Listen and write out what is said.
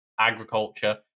agriculture